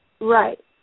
Right